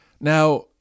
Now